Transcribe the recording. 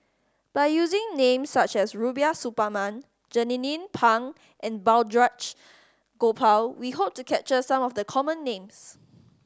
by using names such as Rubiah Suparman Jernnine Pang and Balraj Gopal we hope to capture some of the common names